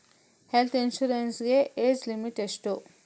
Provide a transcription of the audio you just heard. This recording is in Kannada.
ಹೆಲ್ತ್ ಇನ್ಸೂರೆನ್ಸ್ ಗೆ ಏಜ್ ಲಿಮಿಟ್ ಎಷ್ಟು?